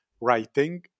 writing